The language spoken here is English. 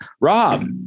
Rob